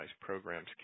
programs